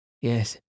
Yes